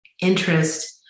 interest